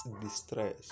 distress